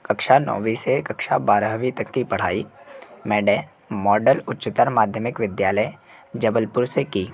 कक्षा नौवीं से कक्षा बारहवीं तक की पढ़ाई मैडे मॉडल उच्चतर माध्यमिक विद्यालय जबलपुर से की